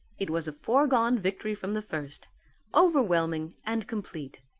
it was a foregone victory from the first overwhelming and complete.